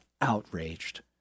outraged